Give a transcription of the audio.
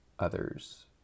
others